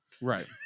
Right